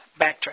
backtrack